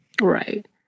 Right